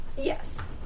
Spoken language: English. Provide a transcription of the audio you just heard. Yes